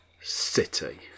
City